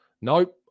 nope